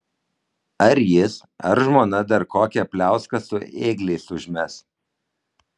ar jis ar žmona dar kokią pliauską su ėgliais užmes